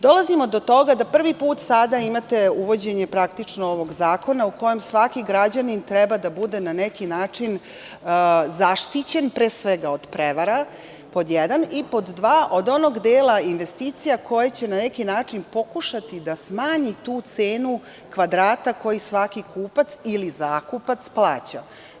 Dolazimo do toga da prvi put sada imate uvođenje ovog zakon u kojem svaki građanin treba da bude na neki način zaštićen, pre svega od prevara, pod jedan, i pod dva, od onog dela investicija koje će na neki način pokušati da smanji tu cenu kvadrata koji svaki kupac ili zakupac plaća.